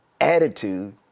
attitude